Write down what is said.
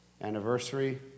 anniversary